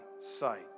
sight